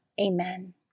Amen